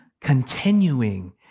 continuing